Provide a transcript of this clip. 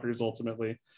ultimately